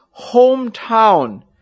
hometown